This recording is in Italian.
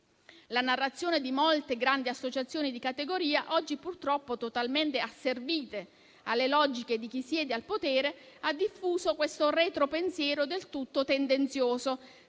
La narrazione di molte grandi associazioni di categoria, oggi purtroppo totalmente asservite alle logiche di chi siede al potere, ha diffuso questo retro-pensiero del tutto tendenzioso.